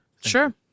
sure